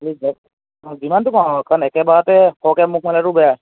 এই ধৰ অঁ যিমানটো পাওঁ আৰু কাৰণ একেবাৰতে সৰহকৈ মুখ মেলাতো বেয়া